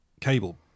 cable